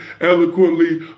Eloquently